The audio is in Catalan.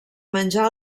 menjar